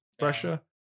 Russia